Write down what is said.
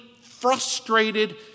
frustrated